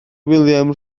william